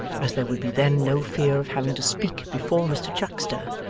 as there would be then no fear of having to speak before mr chuckster,